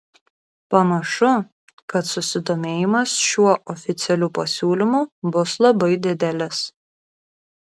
panašu kad susidomėjimas šiuo oficialiu pasiūlymu bus labai didelis